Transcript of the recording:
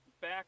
back